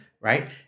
right